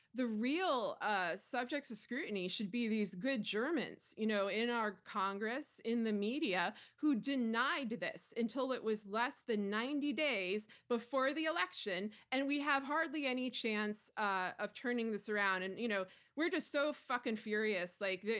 the real ah subjects of scrutiny should be these good germans, you know in our congress, in the media, who denied this until it was less than ninety days before the election and we have hardly any chance of turning this around. and you know we're just so fucking furious. like